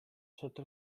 sotto